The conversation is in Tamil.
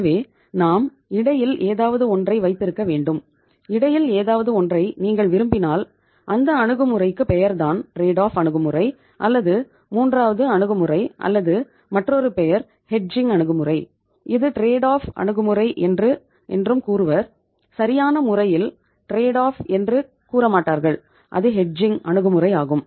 எனவே நாம் இடையில் ஏதாவது ஒன்றை வைத்திருக்க வேண்டும் இடையில் ஏதாவது ஒன்றை நீங்கள் விரும்பினால் அந்த அணுகுமுறைக்கு பெயர்தான் ட்ரேட் ஆஃப் அணுகுமுறையாகும்